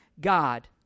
God